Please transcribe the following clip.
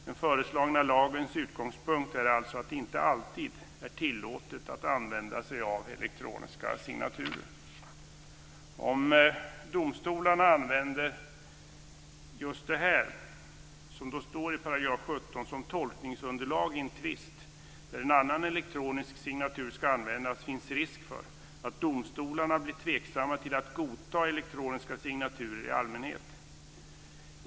Den föreslagna lagens utgångspunkt är alltså att det inte alltid är tillåtet att använda sig av elektroniska signaturer. Om domstolarna använder just det som står i 17 § som tolkningsunderlag i en tvist där en annan elektronisk signatur ska användas finns risk för att domstolarna blir tveksamma till att godta elektroniska signaturer i allmänhet.